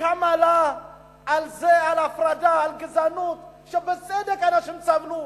שקמה לה על הפרדה, על גזענות, בצדק, אנשים סבלו.